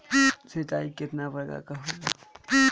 सिंचाई केतना प्रकार के होला?